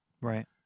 Right